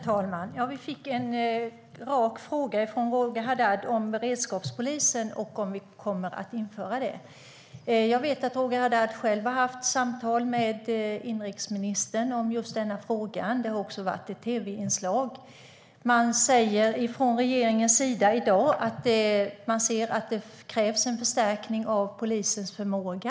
Herr talman! Vi fick en rak fråga från Roger Haddad om beredskapspolisen och om vi kommer att införa den. Jag vet att Roger Haddad själv har haft samtal med inrikesministern om just denna fråga. Det har också varit ett tv-inslag. Regeringen säger i dag att man ser att det krävs en förstärkning av polisens förmåga.